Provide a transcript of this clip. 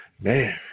Man